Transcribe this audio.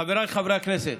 חבריי חברי הכנסת,